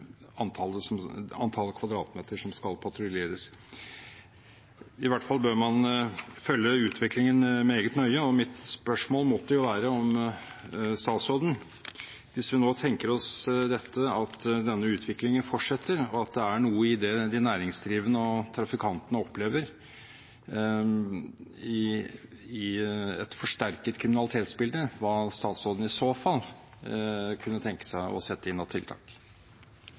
antallet kvadratmeter som skal patruljeres. I hvert fall bør man følge utviklingen meget nøye, og mitt spørsmål måtte jo være – hvis vi nå tenker oss at denne utviklingen fortsetter, og at det er noe i det de næringsdrivende og trafikantene opplever i et forsterket kriminalitetsbilde – hva statsråden i så fall kunne tenke seg å sette inn av tiltak.